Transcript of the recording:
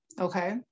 Okay